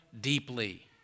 deeply